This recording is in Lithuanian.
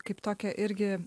kaip tokią irgi